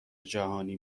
جهانی